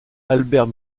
albert